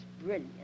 brilliant